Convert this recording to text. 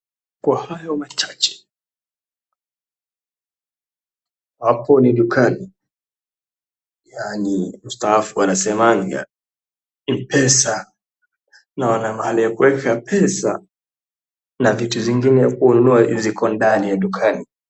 Kwa hayo machache hapo ni dukani, yaani mstaafu anasemaga mpesa naona mahali ya kuweka pesa na vitu zingine kununua ziko ndani ya dukani.